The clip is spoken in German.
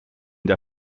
der